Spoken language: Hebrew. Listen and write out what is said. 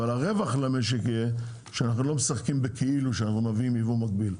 אבל הרווח למשק יהיה שאנחנו לא משחקים בכאילו שאנחנו מביאים יבוא מקביל,